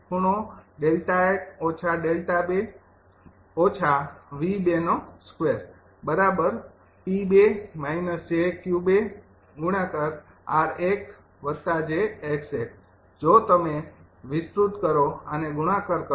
તો પછી તમે વિસ્તૃત કરો આને ગુણાકાર કરો